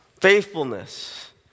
faithfulness